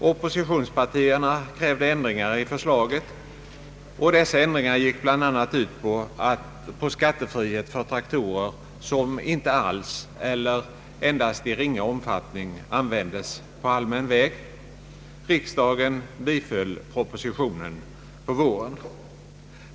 Oppositionspartierna krävde ändringar i förslaget, och dessa ändringar gick bl.a. ut på skattefrihet för traktorer som inte alls eller i endast ringa omfattning används på allmän väg. Riksdagen biföll propositionen på våren.